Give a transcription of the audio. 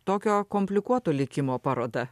tokio komplikuoto likimo paroda